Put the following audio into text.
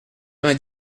vingt